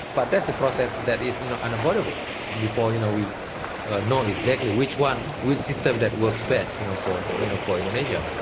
but that's the process that is you know unavoidable before you know we know exactly which one, which system that works best and for and you know for indonesia.